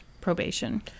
probation